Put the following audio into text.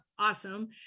Awesome